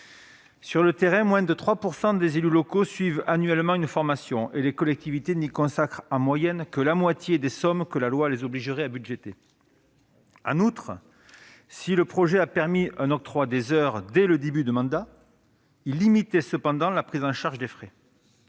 sur le terrain, moins de 3 % des élus locaux suivent annuellement une formation, et les collectivités n'y consacrent en moyenne que la moitié des sommes que la loi les obligerait à budgéter. En outre, si le texte de 2015 a permis un octroi des heures dès le début du mandat, il limitait cependant la prise en charge des frais.